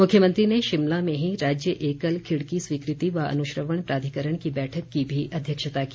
मुख्यमंत्री ने शिमला में ही राज्य एकल खिड़की स्वकृति व अनुश्रवण प्राधिकरण की बैठक की भी अध्यक्षता की